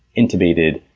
intubated,